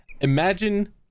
Imagine